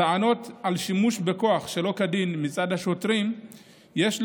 טענות על שימוש בכוח שלא כדין מצד השוטרים יש להפנות,